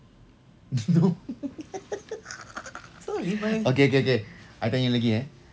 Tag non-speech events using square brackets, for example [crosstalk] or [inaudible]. don't know [laughs] okay okay I tanya lagi eh